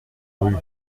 rue